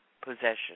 possession